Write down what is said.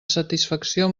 satisfacció